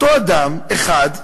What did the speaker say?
אותו אדם, אחד,